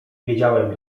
wiedziałem